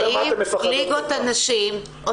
האם ליגות הנשים,